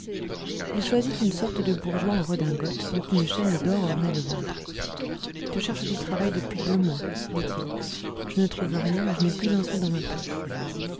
il choisit une sorte de bourgeois en redingote dont une chaîne d'or ornait le ventre je cherche du travail depuis deux mois dit-il je ne trouve rien et je n'ai plus un sou dans ma poche